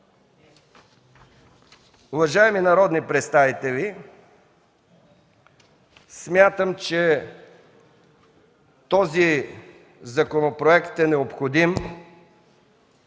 Уважаеми народни представители, смятам, че този законопроект е необходим.